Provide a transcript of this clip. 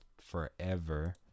forever